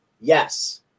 yes